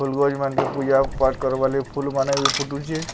ଫୁଲ୍ ଗଛ୍ ମାନ୍କେ ପୂଜା ପାଠ୍ କର୍ବାର୍ ଲାଗି ଫୁଲ୍ମାନେ ବି ଫୁଟୁଛେ